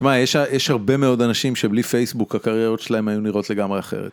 תשמע יש הרבה מאוד אנשים שבלי פייסבוק הקריירות שלהם היו נראות לגמרי אחרת.